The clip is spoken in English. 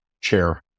chair